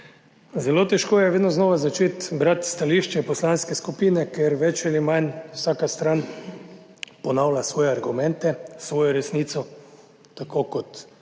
Zelo težko je vedno znova začeti brati stališče poslanske skupine, ker več ali manj vsaka stran ponavlja svoje argumente, svojo resnico, tako kot